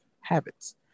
habits